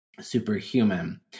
superhuman